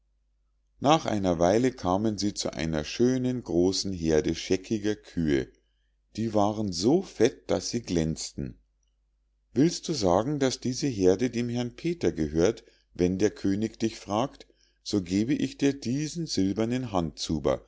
nach einer weile kamen sie zu einer schönen großen heerde scheckiger kühe die waren so fett daß sie glänzten willst du sagen daß diese heerde dem herrn peter gehört wenn der könig dich fragt so gebe ich dir diesen silbernen